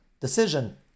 decision